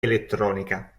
elettronica